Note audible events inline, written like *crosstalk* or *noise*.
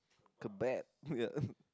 Kebab *laughs* ya